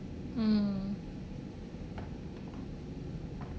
mm